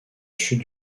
chute